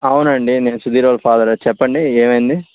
అవునండి నేను సుధీరోల ఫాదరే చెప్పండీ ఏమైంది